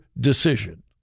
decision